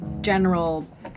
general